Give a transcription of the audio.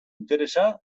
interesa